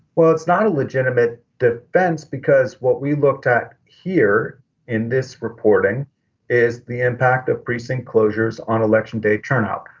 well, it's not a legitimate defense because what we looked at here in this reporting is the impact of precinct closures on election day turnout.